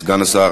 סגן השר